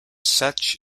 such